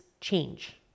change